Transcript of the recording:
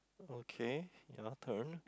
okay your turn